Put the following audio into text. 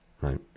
right